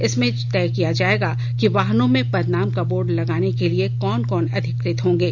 इसमें यह तय किया जाएगा कि वाहनों में पदनाम का बोर्ड लगाने के लिए कौन कौन अधिकृत होंगे